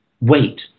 wait